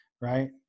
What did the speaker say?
right